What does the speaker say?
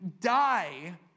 die